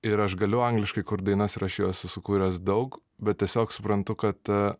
ir aš galiu angliškai kurt dainas ir aš jų esu sukūręs daug bet tiesiog suprantu kad